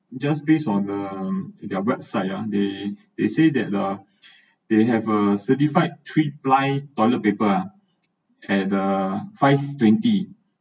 just based on their website ya they they said that ah they have a certified three ply toilet paper at the five twenty